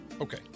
Okay